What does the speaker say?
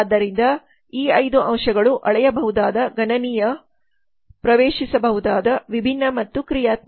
ಆದ್ದರಿಂದ ಈ 5 ಅಂಶಗಳು ಅಳೆಯಬಹುದಾದ ಗಣನೀಯ ಪ್ರವೇಶಿಸಬಹುದಾದ ವಿಭಿನ್ನ ಮತ್ತು ಕ್ರಿಯಾತ್ಮಕ